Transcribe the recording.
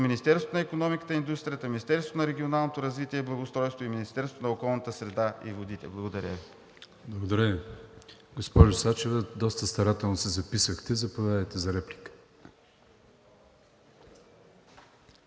Министерството на икономиката и индустрията, Министерството на регионалното развитие и благоустройството и Министерството на околната среда и водите. Благодаря Ви. ПРЕДСЕДАТЕЛ АТАНАС АТАНАСОВ: Благодаря Ви. Госпожо Сачева, доста старателно си записахте. Заповядайте за реплика.